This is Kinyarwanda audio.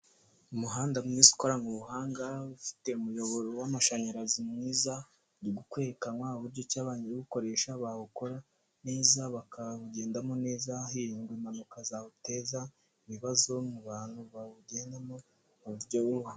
Umuhanda mwiza ukoranwe ubuhanga, bufite w'amashanyarazi mwiza, hari kwerekanwa uburyo ki abawukoresha bawukora neza, bakawugendamo neza, hirindwa impanuka zawuteza, ibibazo mu bantu bawugendamo, buryo bumwe.